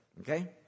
Okay